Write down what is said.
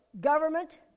government